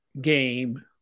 game